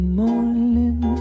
morning